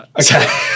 Okay